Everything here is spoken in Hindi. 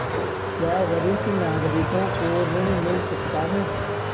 क्या वरिष्ठ नागरिकों को ऋण मिल सकता है?